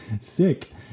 sick